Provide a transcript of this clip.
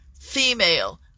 female